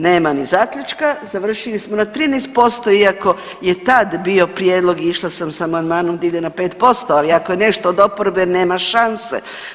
Nema ni zaključka, završili smo na 13% iako je tad bio prijedlog i išla sam sa amandmanom da ide na 5%, ali je nešto od oporbe nema šanse.